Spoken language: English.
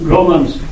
Romans